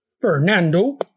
Fernando